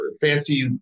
fancy